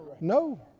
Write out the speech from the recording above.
No